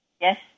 Yes